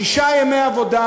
שישה ימי עבודה,